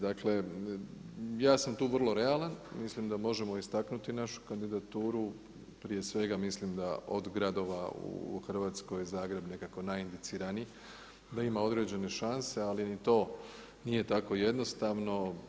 Dakle, ja sam tu vrlo realan, mislim da možemo istaknuti našu kandidaturu, prije svega mislim da od gradova u Hrvatskoj Zagreb nekako najindiciraniji, da ima određene šanse ali ni to nije tako jednostavno.